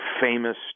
famous